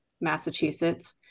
Massachusetts